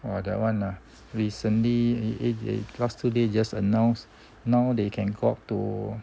!wah! that one ah recently eh eh last two days just announced now that they can go up to